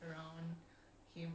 but no one else has powers